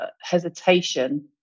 hesitation